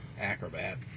acrobat